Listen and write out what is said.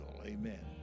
amen